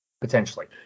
potentially